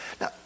Now